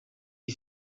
iyi